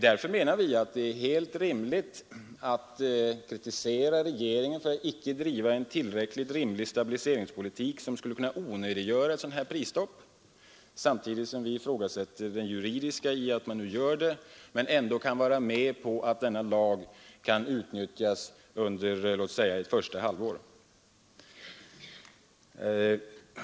Därför menar vi att det är helt riktigt att kritisera regeringen för att icke driva en tillräckligt rimlig stabiliseringspolitik som skulle kunna onödiggöra ett sådant här prisstopp, samtidigt som vi ifrågasätter det juridiskt riktiga i att man nu genomför det men ändå kan vara med på att denna lag utnyttjas under låt oss säga ett första halvår.